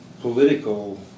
political